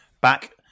Back